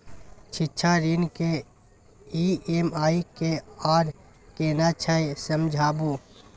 शिक्षा ऋण के ई.एम.आई की आर केना छै समझाबू?